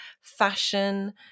fashion